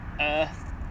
earth